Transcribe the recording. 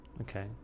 Okay